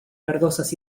verdosas